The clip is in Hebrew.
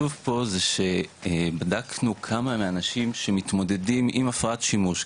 פה זה שבדקנו כמה מהאנשים שמתמודדים עם הפרעת שימוש,